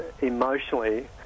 emotionally